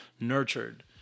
nurtured